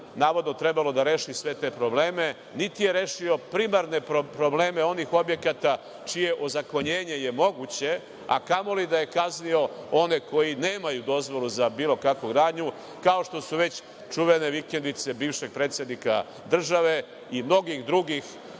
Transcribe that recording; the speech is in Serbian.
navodno trebalo da reši sve te probleme. Niti je rešio primarne probleme onih objekata čije ozakonjenje je moguće, a kamoli da je kaznio one koji nemaju dozvolu za bilo kakvu gradnju, kao što su već čuvene vikendice bivšeg predsednika države i mnogih drugih